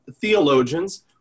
theologians